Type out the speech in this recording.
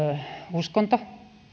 uskonto